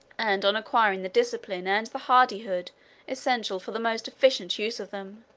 and on acquiring the discipline and the hardihood essential for the most efficient use of them.